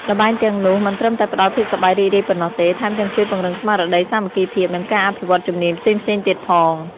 ល្បែងទាំងនោះមិនត្រឹមតែផ្ដល់ភាពសប្បាយរីករាយប៉ុណ្ណោះទេ ថែមទាំងជួយពង្រឹងស្មារតីសាមគ្គីភាព និងការអភិវឌ្ឍជំនាញផ្សេងៗទៀតផង។